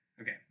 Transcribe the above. Okay